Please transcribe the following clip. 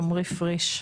עומרי פריש.